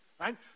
Right